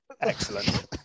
excellent